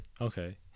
Okay